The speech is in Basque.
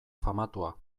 famatua